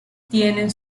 tienen